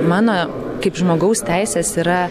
mano kaip žmogaus teisės yra